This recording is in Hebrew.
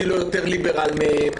אני לא יותר ליברל מהם,